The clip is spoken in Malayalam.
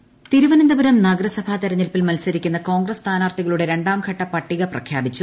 കോൺഗ്രസ് പട്ടിക തിരുവനന്തപുരം നഗരസഭാ തെരഞ്ഞെടുപ്പിൽ മത്സരിക്കുന്ന കോൺഗ്രസ് സ്ഥാനാർത്ഥികളുടെ രണ്ടാം ഘട്ട പട്ടിക പ്രഖ്യാപിച്ചു